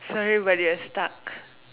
sorry but you are stuck